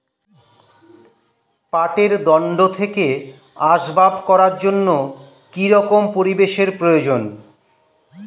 পাটের দণ্ড থেকে আসবাব করার জন্য কি রকম পরিবেশ এর প্রয়োজন?